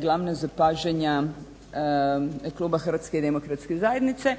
glavna zapažanja kluba Hrvatske demokratske zajednice.